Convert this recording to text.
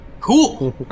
Cool